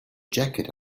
jacket